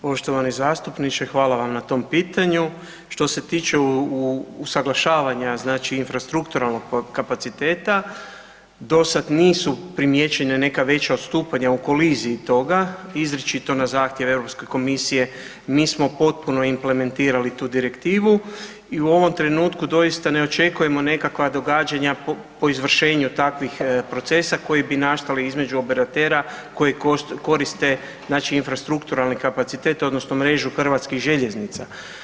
Poštovani zastupniče, hvala vam na tom pitanju, što se tiče usuglašavanja znači infrastrukturalnog kapaciteta, dosad nisu primijećena neka veća odstupanja u koliziji toga, izričito na zahtjev EU komisije mi smo potpuno implementirali tu direktivu i u ovom trenutku doista ne očekujemo nekakva događanja po izvršenju takvih procesa koji bi nastali između operatera koji koriste znači infrastrukturalni kapacitet, odnosno mrežu HŽ-a.